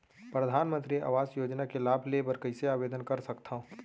परधानमंतरी आवास योजना के लाभ ले बर कइसे आवेदन कर सकथव?